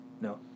No